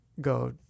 go